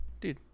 dude